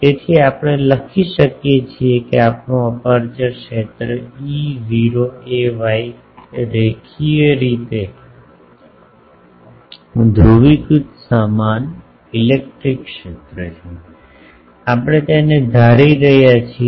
તેથી આપણે લખી શકીએ છીએ કે આપણું અપેર્ચર ક્ષેત્ર E0 ay રેખીય રીતે ધ્રુવીકૃત સમાન ઇલેક્ટ્રિક ક્ષેત્ર છે આપણે તેને ધારી રહ્યા છીએ